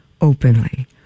openly